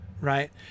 right